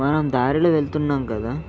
మనం దారిలో వెళ్తున్నాం కదా